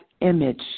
image